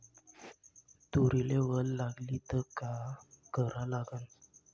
तुरीले वल लागली त का करा लागन?